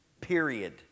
Period